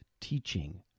teaching